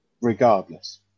regardless